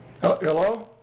Hello